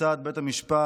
כיצד בית המשפט